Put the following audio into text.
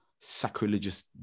sacrilegious